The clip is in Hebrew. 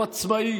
הוא עצמאי.